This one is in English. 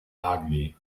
ugly